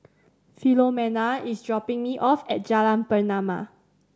Philomena is dropping me off at Jalan Pernama